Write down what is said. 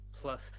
plus